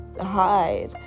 hide